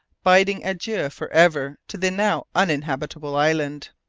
bidding adieu for ever to the now uninhabitable island.